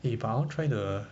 eh but I want try the